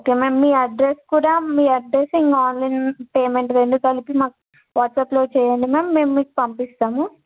okay ma'am మీ address కూడా మీ అడ్రస్ ఇంకా ఆన్లైన్ పేమెంట్ రెండూ కలిపి మాకు వాట్సాప్లో చెయ్యండి మ్యామ్ మేం మీకు పంపిస్తాము